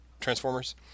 Transformers